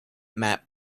map